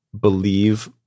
believe